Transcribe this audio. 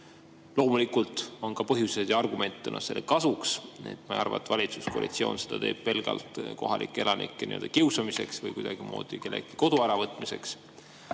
Loomulikult on ka põhjuseid ja argumente selle kasuks. Ma ei arva, et valitsuskoalitsioon teeb seda pelgalt kohalike elanike kiusamiseks või kuidagimoodi kelleltki kodu äravõtmiseks.